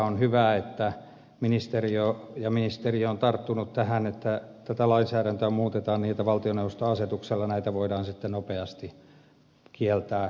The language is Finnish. on hyvä että ministeriö ja ministeri on tarttunut tähän ja että tätä lainsäädäntöä muutetaan niin että valtioneuvoston asetuksella näitä voidaan sitten nopeasti kieltää